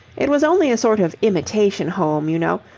it was only a sort of imitation home, you know.